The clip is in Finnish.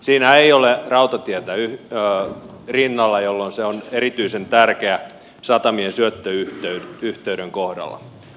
siinä ei ole rautatietä rinnalla jolloin se on erityisen tärkeä satamien syöttöyhteyden kohdalla